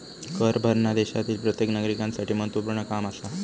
कर भरना देशातील प्रत्येक नागरिकांसाठी महत्वपूर्ण काम आसा